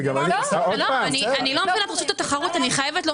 זה לא המקצוע שלהם.